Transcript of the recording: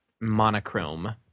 monochrome